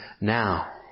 now